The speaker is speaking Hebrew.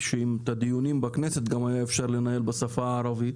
שאם את הדיונים בכנסת גם היה אפשר לנהל בשפה הערבית.